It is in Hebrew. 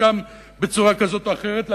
חלקם בצורה כזאת או אחרת,